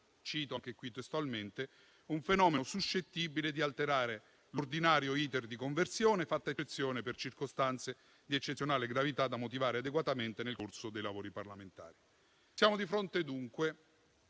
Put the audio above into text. cito anche qui testualmente - «un fenomeno suscettibile di alterare l'ordinario *iter* di conversione, fatta eccezione per circostanze di eccezionale gravità, da motivare adeguatamente nel corso dei lavori parlamentari». Siamo di fronte dunque